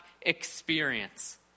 experience